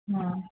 हं